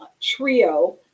Trio